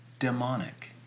demonic